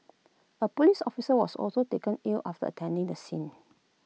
A Police officer was also taken ill after attending the scene